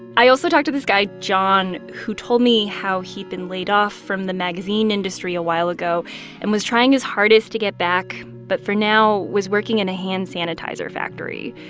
i also talked to this guy, john, who told me how he'd been laid off from the magazine industry a while ago and was trying his hardest to get back but for now was working in a hand sanitizer factory,